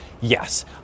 Yes